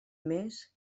més